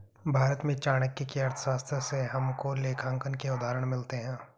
भारत में चाणक्य की अर्थशास्त्र से हमको लेखांकन के उदाहरण मिलते हैं